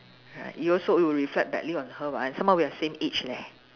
it also it will reflect badly on her [what] and some more we are same age leh